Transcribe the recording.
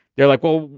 they're like, well,